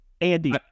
andy